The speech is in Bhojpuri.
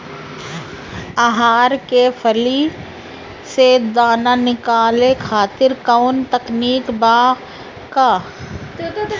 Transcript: अरहर के फली से दाना निकाले खातिर कवन तकनीक बा का?